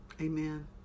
Amen